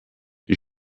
die